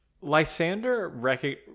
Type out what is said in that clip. Lysander